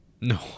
no